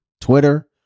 Twitter